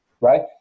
right